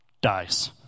dies